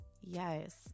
Yes